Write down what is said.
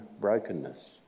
brokenness